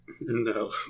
No